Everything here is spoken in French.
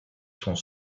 sont